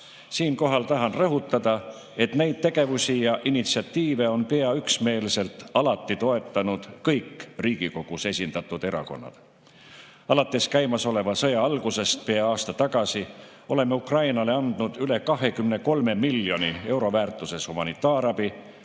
Siinkohal tahan rõhutada, et neid tegevusi ja initsiatiive on pea üksmeelselt alati toetanud kõik Riigikogus esindatud erakonnad. Alates käimasoleva sõja algusest pea aasta tagasi oleme Ukrainale andnud üle 23 miljoni euro väärtuses humanitaarabi